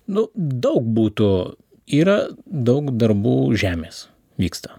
nu daug būtų yra daug darbų žemės vyksta